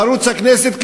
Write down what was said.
בערוץ הכנסת,